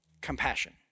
compassion